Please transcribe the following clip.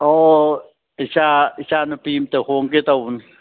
ꯑꯣ ꯏꯆꯥ ꯅꯨꯄꯤ ꯑꯃꯇ ꯍꯣꯡꯒꯦ ꯇꯧꯕꯅꯤ